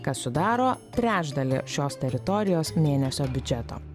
kas sudaro trečdalį šios teritorijos mėnesio biudžeto